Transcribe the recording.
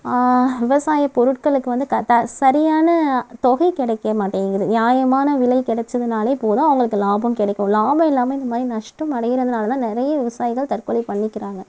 விவசாயப்பொருட்களுக்கு வந்து சரியான தொகை கிடைக்க மாட்டேங்குது நியாயமான விலை கிடச்சுதுனாலே போதும் அவங்களுக்கு லாபம் கிடைக்கும் லாபம் இல்லாமல் இந்த மாதிரி நஷ்டம் அடையிறதனாலதான் நிறைய விவசாயிகள் தற்கொலை பண்ணிக்கிறாங்க